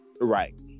Right